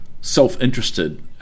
self-interested